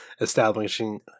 establishing